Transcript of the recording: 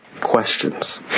questions